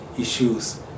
issues